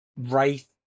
Wraith